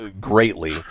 greatly